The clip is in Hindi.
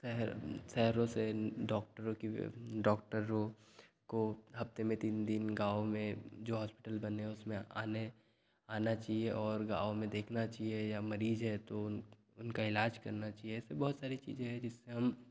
शहर शहरों से डॉक्टरों की भी डॉक्टरों को हफ्ते में तीन दिन गाँव में जो हॉस्पिटल बने हैं उसमें आने आना चाहिए और गाँव में देखना चाहिए या मरीज हैं तो उन उनका इलाज करना चाहिए तो बहुत सारी चीजें हैं जिससे हम